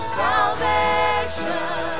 salvation